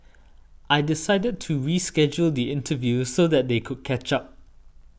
I decided to reschedule the interview so that they could catch up